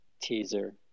teaser